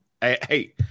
Hey